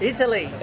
Italy